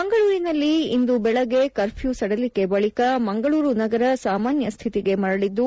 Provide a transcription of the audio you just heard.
ಮಂಗಳೂರಿನಲ್ಲಿ ಇಂದು ಬೆಳಿಗ್ಗೆ ಕರ್ಫ್ಯೂ ಸಡಿಲಿಕೆ ಬಳಿಕ ಮಂಗಳೂರು ನಗರ ಸಾಮಾನ್ಯ ಸ್ಥಿತಿಗೆ ಮರಳಿದ್ದು